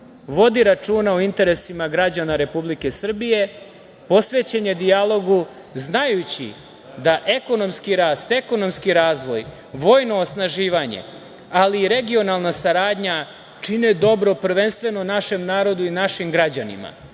vodi računa o interesima građana Republike Srbije. Posvećen je dijalogu znajući da ekonomski rast, ekonomski razvoj, vojno osnaživanje, ali i regionalna saradnja čine dobro prvenstveno našem narodu i našim građanima